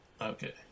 Okay